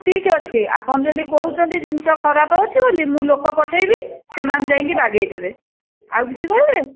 ଠିକ୍ ଅଛି ଆପଣ ଯଦି କହୁଛନ୍ତି ଜିନିଷ ଖରାପ ଅଛି ବୋଲି ମୁଁ ଲୋକ ପଠାଇବି ସେମାନେ ଯାଇକି ବାଗେଇ ଦେବେ ଆଉ କିଛି କହିବେ